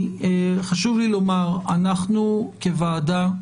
חשוב לי לומר, אנחנו כוועדה,